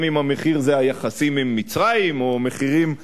גם אם המחיר זה היחסים עם מצרים או מחירים אחרים.